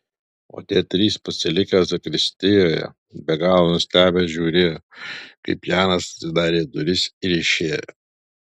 o tie trys pasilikę zakristijoje be galo nustebę žiūrėjo kaip janas atidarė duris ir išėjo